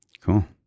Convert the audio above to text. Cool